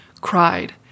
cried